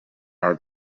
are